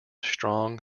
strong